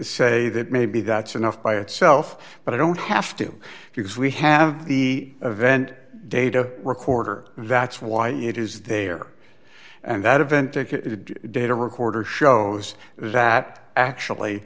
say that maybe that's enough by itself but i don't have to because we have the event data recorder that's why it is there and that event ticket data recorder shows is that actually